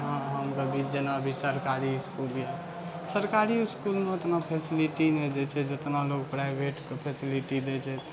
अहाँ हम जेना भी सरकारी इसकुल या सरकारी इसकुलमे उतना फैसिलिटी नहि दै छै जेतना लोग प्राइवेटके फैसिलिटी दै छै